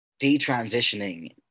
detransitioning